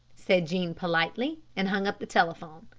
said jean politely, and hung up the telephone.